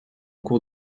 cours